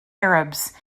arabs